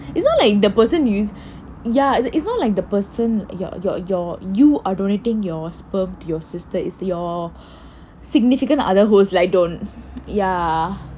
ya it's not like the person is ya is not like you are donating your sperm to your sister is your significant other